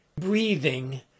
breathing